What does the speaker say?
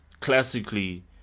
Classically